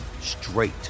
straight